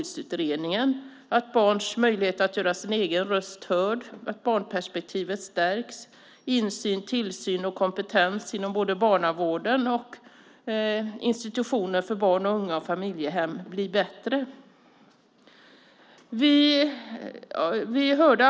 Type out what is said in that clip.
Det handlar om barns möjligheter att göra sin röst hörd, om att barnperspektivet stärks samt om att insyn, tillsyn och kompetens inom både barnavården och institutioner för barn och unga och familjehem blir bättre.